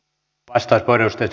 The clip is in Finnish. arvoisa puheenjohtaja